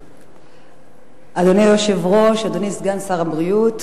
אדוני היושב-ראש, אדוני סגן שר הבריאות,